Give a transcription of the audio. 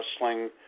wrestling